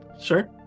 Sure